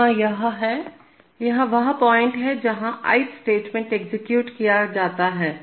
यहाँ यह है यह वह पॉइंट है जहाँ ith स्टेटमेंट एग्जीक्यूट किया जाता है